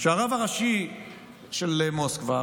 שהרב הראשי של מוסקבה,